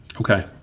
Okay